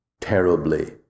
terribly